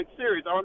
series